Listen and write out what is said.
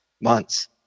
months